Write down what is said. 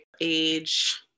age